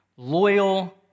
Loyal